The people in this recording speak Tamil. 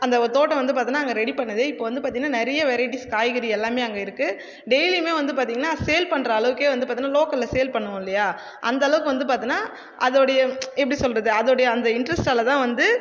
அந்த ஒரு தோட்டம் வந்து பார்த்தோனா ரெடி பண்ணது இப்போ வந்து பார்த்தீங்னா நிறைய வெரைட்டிஸ் காய்கறி எல்லாமே அங்கே இருக்குது டெய்லியுமே வந்து பார்த்தீங்ன்னா சேல் பண்ணுற அளவுக்கே வந்து பார்த்தோனா லோக்கலில் சேல் பண்ணுவோம் இல்லையா அந்த அளவுக்கு வந்து பார்த்தோனா அதோடய எப்படி சொல்கிறது அதோடய அந்த இன்ட்ரஸ்ட்டால் தான் வந்து